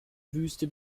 wüste